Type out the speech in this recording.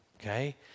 Okay